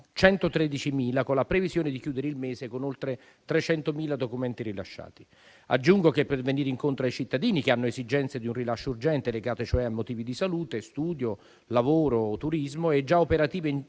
113.000, con la previsione di chiudere il mese con oltre 300.000 documenti rilasciati. Aggiungo che, per venire incontro ai cittadini che hanno esigenze di un rilascio urgente (legato cioè a motivi di salute, studio, lavoro, turismo), è già operativa in